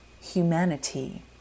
humanity